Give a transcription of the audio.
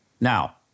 Now